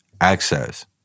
access